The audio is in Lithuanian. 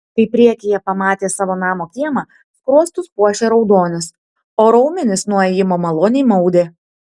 kai priekyje pamatė savo namo kiemą skruostus puošė raudonis o raumenis nuo ėjimo maloniai maudė